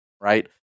right